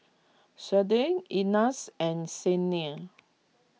Shade Ignatz and Cyndi